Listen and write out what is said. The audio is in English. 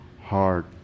heart